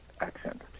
accent